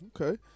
Okay